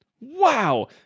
Wow